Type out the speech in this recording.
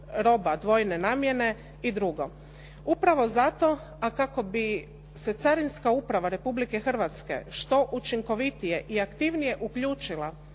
dvojne namjene i drugo. Upravo zato, a kako bi se carinska uprava Republike Hrvatske što učinkovitije i aktivnije uključila